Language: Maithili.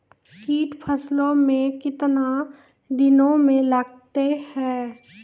कीट फसलों मे कितने दिनों मे लगते हैं?